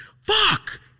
fuck